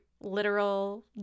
literal